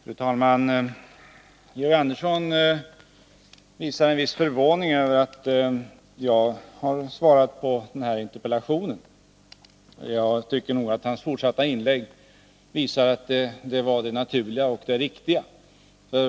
Fru talman! Georg Andersson visar en viss förvåning över att det är jag som har svarat på interpellationen, men jag tycker nog att hans fortsatta inlägg visar att det var det naturliga och det riktiga.